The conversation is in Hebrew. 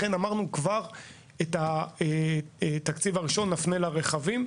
לכן החלטנו שאת התקציב הראשון כבר נפנה לרכבים,